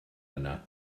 yna